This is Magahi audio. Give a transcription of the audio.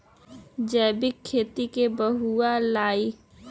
जैविक खेती की हुआ लाई?